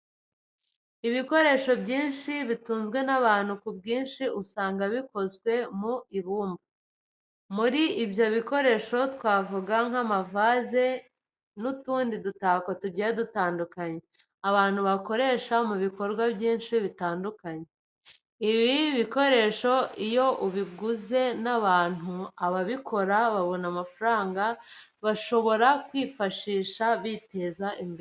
Ibikoresho byinshi bitunzwe n'abantu ku bwinshi usanga bikozwe mu ibumba. Muri ibyo bikoresho twavuga nk'amavaze n'utundi dutako tujyiye dutandukanye abantu bakoresha mu bikorwa byinshi bitandukanye. Ibi bikoresho iyo biguzwe n'abantu, ababikora babona amafaranga bashobora kwifashisha biteza imbere.